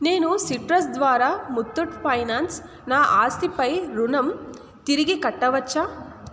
నేను సిట్రస్ ద్వారా ముత్తూట్ ఫైనాన్స్ నా ఆస్తిపై రుణం తిరిగి కట్టవచ్చా